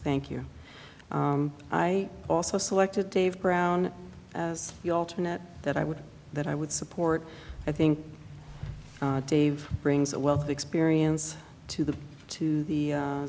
thank you i also selected dave brown as the alternate that i would that i would support i think dave brings a wealth of experience to the to the